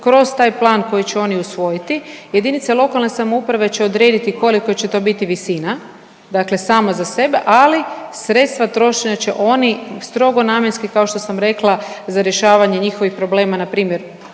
kroz taj plan koji će oni usvojiti, JLS će odrediti koliko će to biti visina, dakle sama za sebe, ali sredstva trošenja će oni strogo namjenski kao što sam rekla za rješavanje njihovih problema npr.